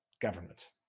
government